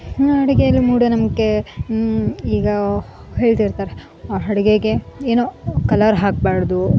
ಅಡುಗೆಯಲ್ಲಿ ಮೂಢನಂಬಿಕೆ ಈಗ ಹೇಳ್ತಿರ್ತಾರೆ ಆ ಅಡುಗೆಗೆ ಏನೊ ಕಲ್ಲರ್ ಹಾಕಬಾರ್ದು